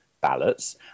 ballots